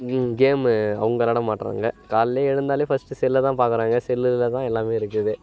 game அவங்க விளாட மாட்டுறாங்க காலைல எழுந்தாலே ஃபஸ்ட்டு செல்லை தான் பார்க்கறாங்க செல்லில் தான் எல்லாமே இருக்குது